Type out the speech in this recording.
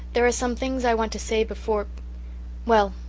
there are some things i want to say before well,